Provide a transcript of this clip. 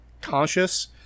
conscious